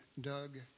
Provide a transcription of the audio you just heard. Doug